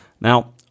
Now